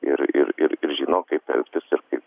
ir ir ir ir žino kaip elgtis ir kaip